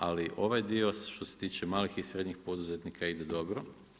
Ali, ovaj dio, što se tiče malih i srednjih poduzetnika ide dobro.